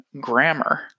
Grammar